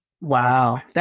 Wow